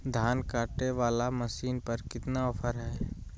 धान कटे बाला मसीन पर कितना ऑफर हाय?